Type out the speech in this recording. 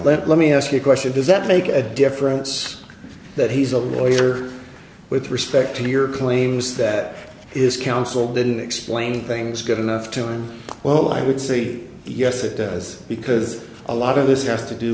petitions let me ask a question does that make a difference that he's a lawyer with respect to your claims that is counsel didn't explain things good enough time well i would say yes it does because a lot of this has to do